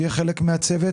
שיהיה חלק מהצוות.